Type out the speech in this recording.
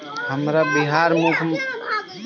हमरा बिहार मुख्यमंत्री उद्यमी योजना मिली?